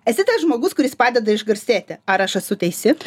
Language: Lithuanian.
esi tas žmogus kuris padeda išgarsėti ar aš esu teisi